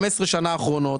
15 שנים אחרונות.